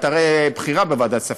את הרי בכירה בוועדת הכספים,